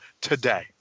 today